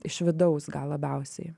iš vidaus gal labiausiai